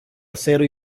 acero